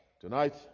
tonight